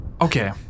Okay